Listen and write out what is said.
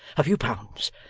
a few pounds,